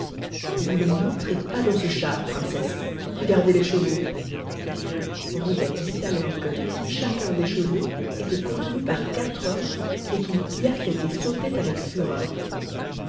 vous ne monterez pas dans ce char princesse regardez les chevaux rosette vit alors que chacun des chevaux était contenu par quatre hommes et qu'ils piaffaient et sautaient avec fureur